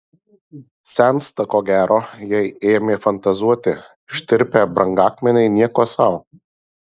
sensta ko gero jei ėmė fantazuoti ištirpę brangakmeniai nieko sau